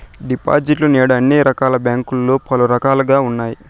డిపాజిట్లు నేడు అన్ని రకాల బ్యాంకుల్లో పలు రకాలుగా ఉన్నాయి